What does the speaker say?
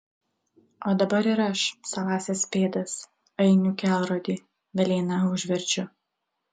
o dabar ir aš savąsias pėdas ainių kelrodį velėna užverčiu